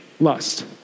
lust